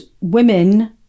women